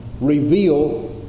reveal